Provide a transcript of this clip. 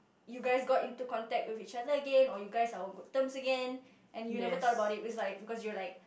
you guys got into contact with each other again or you guys are on good terms again and you never thought about it with like because you are like